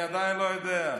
אני עדיין לא יודע.